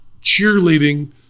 cheerleading